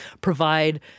provide